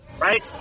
right